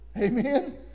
Amen